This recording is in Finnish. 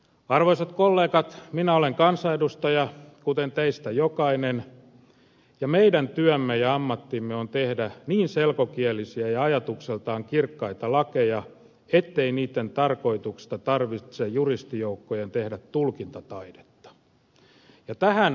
arvoisat kollegat minä olen kansanedustaja kuten teistä jokainen ja meidän työmme ja ammattimme on tehdä niin selkokielisiä ja ajatukseltaan kirkkaita lakeja ettei niitten tarkoituksesta tarvitse juristijoukkojen tehdä tulkintataidetta